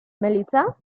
melissa